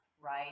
Right